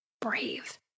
brave